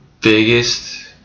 biggest